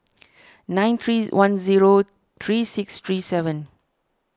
nine three one zero three six three seven